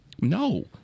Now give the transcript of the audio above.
No